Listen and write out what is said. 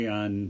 on